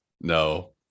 no